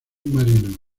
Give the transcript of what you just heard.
marino